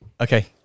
Okay